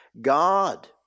God